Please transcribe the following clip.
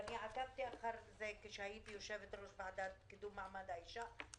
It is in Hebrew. ועקבתי אחרי זה כשהייתי יושבת-ראש הוועדה לקידום מעמד האישה,